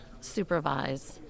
supervise